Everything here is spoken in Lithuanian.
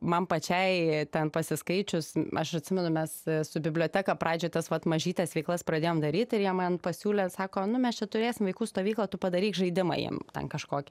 man pačiai ten pasiskaičius aš atsimenu mes su biblioteka pradžioj tas vat mažytes veiklas pradėjom daryti ir jie man pasiūlė sako nu mes čia turėsim vaikų stovyklą tu padaryk žaidimą jiem ten kažkokį